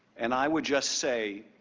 and i would just say,